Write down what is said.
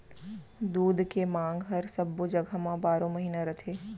दूद के मांग हर सब्बो जघा म बारो महिना रथे